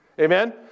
Amen